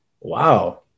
Wow